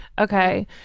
Okay